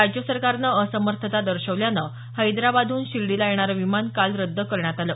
राज्य सरकारनं असमर्थता दर्शवल्याने हैदराबादहून शिर्डीला येणारं विमान काल रद्द करण्यात आलं